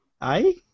ai